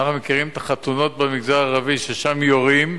אנחנו מכירים את החתונות במגזר הערבי ששם יורים,